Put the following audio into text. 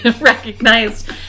recognized